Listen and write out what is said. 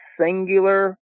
singular